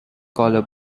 collar